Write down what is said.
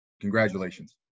congratulations